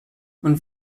und